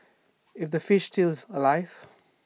is the fish still alive